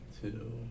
two